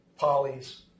polys